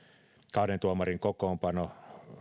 kahden tuomarin kokoonpano